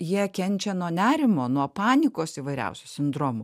jie kenčia nuo nerimo nuo panikos įvairiausių sindromų